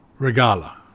Regala